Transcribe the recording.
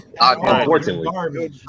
unfortunately